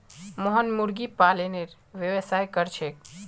मोहन मुर्गी पालनेर व्यवसाय कर छेक